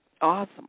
Awesome